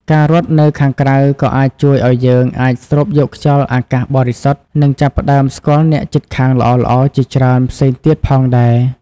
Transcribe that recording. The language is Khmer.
ការរត់នៅខាងក្រៅក៏អាចជួយឲ្យយើងអាចស្រូបយកខ្យល់អាកាសបរិសុទ្ធ និងចាប់ផ្ដើមស្គាល់អ្នកជិតខាងល្អៗជាច្រើនផ្សេងទៀតផងដែរ។